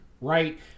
right